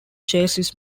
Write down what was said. chassis